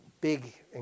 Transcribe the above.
big